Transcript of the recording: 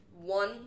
one